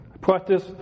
practice